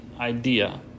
idea